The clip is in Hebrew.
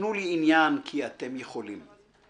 תנו לי עניין / כי אתם יכולים //